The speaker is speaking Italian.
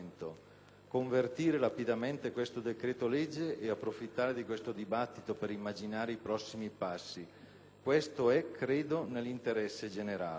Convertire rapidamente questo decreto-legge e approfittare di questo dibattito per immaginare i prossimi passi è - credo - nell'interesse generale.